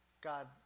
God